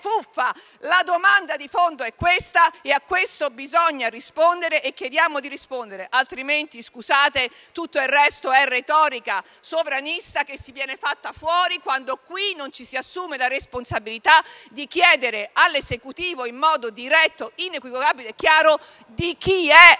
La domanda di fondo è questa; a questo bisogna rispondere e chiediamo di rispondere. Altrimenti, tutto il resto è retorica sovranista che viene fatta fuori, quando qui non ci si assume la responsabilità di chiedere all'Esecutivo in modo diretto, inequivocabile e chiaro di chi è questa